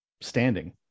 standing